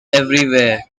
everywhere